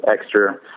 extra